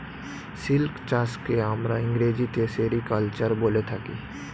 silk চাষকে আমরা ইংরেজিতে সেরিকালচার বলে থাকি